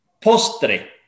postre